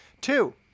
Two